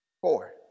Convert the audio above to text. Four